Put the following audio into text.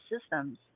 systems